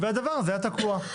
והדבר הזה היה תקוע.